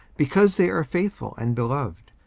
because they are faithful and beloved,